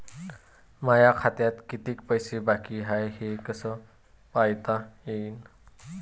माया खात्यात कितीक पैसे बाकी हाय हे कस पायता येईन?